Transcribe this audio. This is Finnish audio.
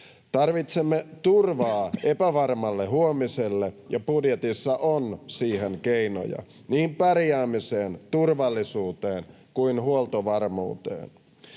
Tarvitsemme turvaa epävarmalle huomiselle, ja budjetissa on siihen keinoja, niin pärjäämiseen, turvallisuuteen kuin huoltovarmuuteen.